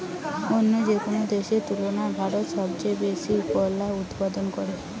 অইন্য যেকোনো দেশের তুলনায় ভারত সবচেয়ে বেশি কলা উৎপাদন করে